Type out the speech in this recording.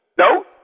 No